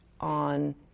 on